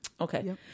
Okay